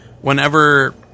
whenever